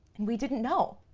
and we didn't know.